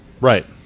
right